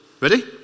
Ready